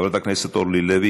חברת הכנסת אורלי לוי.